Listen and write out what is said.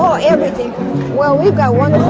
oh everything well we've got one th